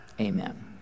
Amen